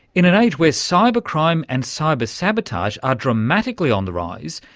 in an age where cyber crime and cyber sabotage are dramatically on the rise,